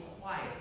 quiet